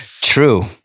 True